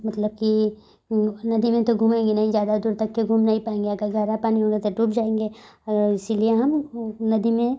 मतलब कि नदी में तो घूमेंगे नहीं ज़्यादा दूर तक के घूम नहीं पाएंगे अगर गाढ़ा पानी होगा त डूब जाएंगे और इसलिए हम नदी में